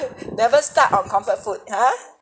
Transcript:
never start on comfort food !huh!